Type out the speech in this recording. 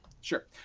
Sure